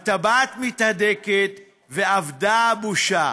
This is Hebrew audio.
הטבעת מתהדקת, ואבדה הבושה.